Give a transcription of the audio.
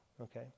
okay